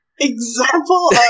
example